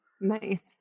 Nice